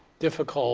difficult